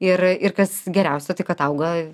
ir ir kas geriausia tai kad auga